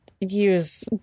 use